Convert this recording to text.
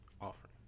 Offering